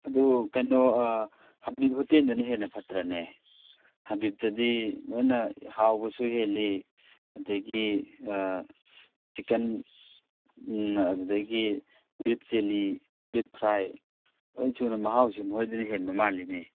ꯑꯗꯨ ꯀꯩꯅꯣ ꯍꯥꯕꯤꯠ ꯍꯣꯇꯦꯜꯗꯅ ꯍꯦꯟꯅ ꯐꯠꯇ꯭ꯔꯥꯅꯦ ꯍꯥꯕꯤꯠꯇꯗꯤ ꯂꯣꯏꯅ ꯍꯥꯎꯕꯁꯨ ꯍꯦꯜꯂꯤ ꯑꯗꯒꯤ ꯆꯤꯛꯀꯟ ꯑꯗꯨꯗꯒꯤ ꯕꯤꯐ ꯆꯤꯂꯤ ꯕꯤꯐ ꯐ꯭ꯔꯥꯏ ꯂꯣꯏ ꯁꯨꯅ ꯃꯍꯥꯎꯁꯨ ꯃꯣꯏꯗꯅ ꯍꯦꯟꯕ ꯃꯥꯜꯂꯤꯅꯦ